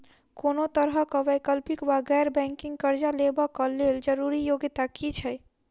कोनो तरह कऽ वैकल्पिक वा गैर बैंकिंग कर्जा लेबऽ कऽ लेल जरूरी योग्यता की छई?